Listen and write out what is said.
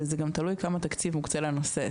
וזה גם תלוי בכמה תקציב מוקצה לנושא,